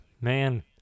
man